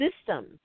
system